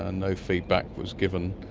ah no feedback was given.